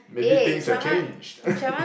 maybe things have changed